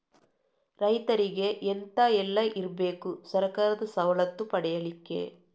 ರೈತರಿಗೆ ಎಂತ ಎಲ್ಲ ಇರ್ಬೇಕು ಸರ್ಕಾರದ ಸವಲತ್ತು ಪಡೆಯಲಿಕ್ಕೆ?